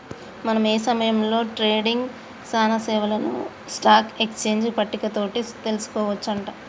మనం ఏ సమయంలో ట్రేడింగ్ సానా సేవలను స్టాక్ ఎక్స్చేంజ్ పట్టిక తోటి తెలుసుకోవచ్చు అంట